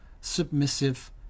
submissive